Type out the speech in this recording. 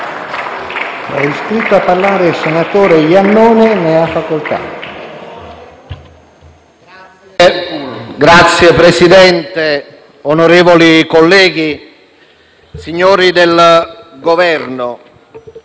Signor Presidente, onorevoli colleghi, signori del Governo,